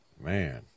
Man